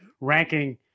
ranking –